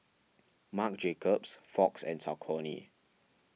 Marc Jacobs Fox and Saucony